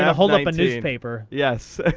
hold up a newspaper. yes.